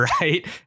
right